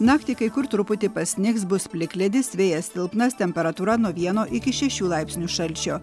naktį kai kur truputį pasnigs bus plikledis vėjas silpnas temperatūra nuo vieno iki šešių laipsnių šalčio